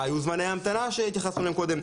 מה היו זמני ההמתנה, שהתייחסנו אליהם קודם?